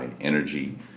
energy